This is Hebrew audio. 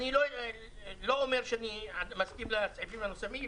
אני לא אומר שאני אסכים לסעיפים האחרים,